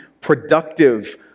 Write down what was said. productive